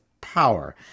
power